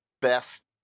best